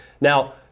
Now